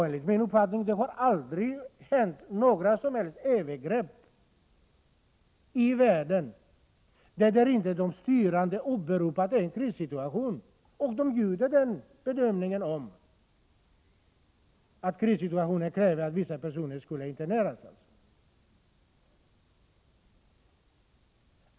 Enligt min uppfattning har det aldrig hänt några som helst övergrepp i världen, när inte de styrande har åberopat en krissituation och gjort den bedömningen att krissituationen kräver att vissa personer skall interneras.